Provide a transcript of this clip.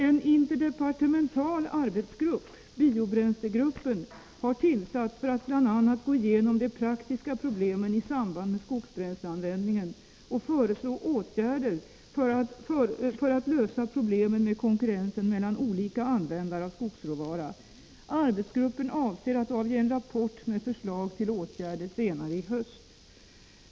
En interdepartemental arbetsgrupp, biobränslegruppen, har tillsatts för att bl.a. gå igenom de praktiska problemen i samband med skogsbränsleanvändningen och föreslå åtgärder för att lösa problemen med konkurrensen mellan olika användare av skogsråvara. Arbetsgruppen avser att avge en rapport med förslag till åtgärder senare i höst.